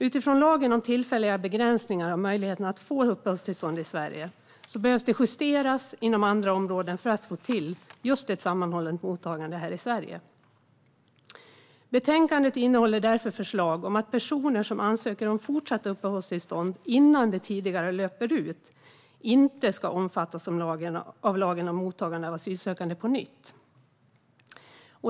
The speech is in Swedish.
Utifrån lagen om tillfälliga begränsningar av möjligheten att få uppehållstillstånd i Sverige behöver det justeras inom andra områden för att få till just ett sammanhållet mottagande här i Sverige. Betänkandet innehåller därför förslag om att personer som ansöker om fortsatt uppehållstillstånd innan det tidigare löper ut inte ska omfattas av lagen om mottagande av asylsökande på nytt.